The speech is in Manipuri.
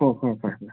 ꯍꯣꯏ ꯍꯣꯏ ꯐꯔꯦ ꯐꯔꯦ